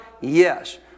Yes